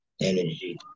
energy